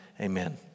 amen